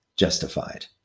Justified